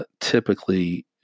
typically